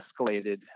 escalated